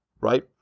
right